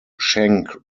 schenck